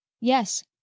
Yes